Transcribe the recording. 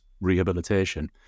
rehabilitation